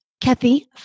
Kathy